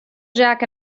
jack